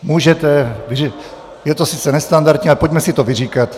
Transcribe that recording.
Můžete, je to sice nestandardní, ale pojďme si to vyříkat.